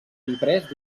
imprès